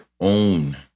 own